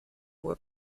were